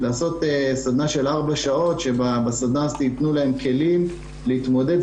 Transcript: סדנה של ארבע שעות בה יתנו להם כלים להתמודד.